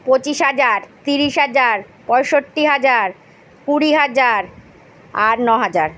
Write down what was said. পঁচিশ হাজার ত্রিশ হাজার পঁয়ষট্টি হাজার কুড়ি হাজার আর ন হাজার